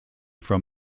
from